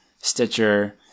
Stitcher